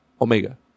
Omega